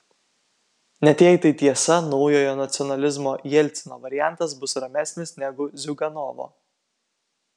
net jei tai tiesa naujojo nacionalizmo jelcino variantas bus ramesnis negu ziuganovo